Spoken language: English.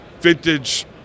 vintage